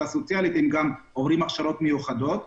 סוציאלית הם עוברים גם הכשרות מיוחדות.